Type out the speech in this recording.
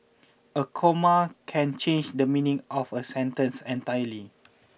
a comma can change the meaning of a sentence entirely